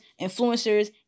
influencers